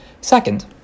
Second